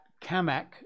Kamak